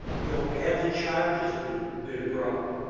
you know have the charges been been brought?